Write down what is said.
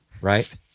right